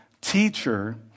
teacher